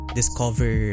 discover